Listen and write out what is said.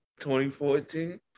2014